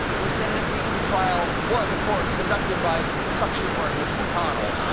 whose senate impeachment trial was, of course, conducted by chuck schumer and mitch mcconnell.